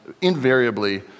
invariably